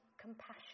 compassion